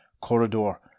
corridor